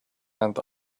and